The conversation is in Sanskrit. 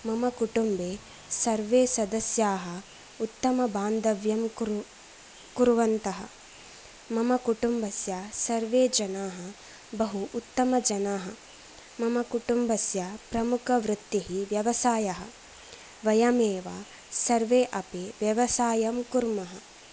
मम कुटुम्बे सर्वे सदस्याः उत्तमबान्धव्यं कुर्वन्तः मम कुटुम्बस्य सर्वे जनाः बहु उत्तमजनाः मम कुटुम्बस्य प्रमुखवृत्तिः व्यवसायः वयमेव सर्वे अपि व्यवसायं कुर्मः